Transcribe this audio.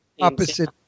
opposite